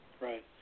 right